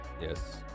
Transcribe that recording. Yes